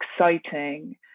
exciting